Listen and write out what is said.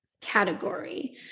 category